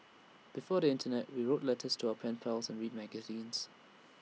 before the Internet we wrote letters to our pen pals and read magazines